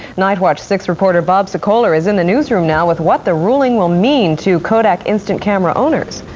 night watch six reporter bob sekolah is in the newsroom now with what the ruling will mean to kodak instant camera owners.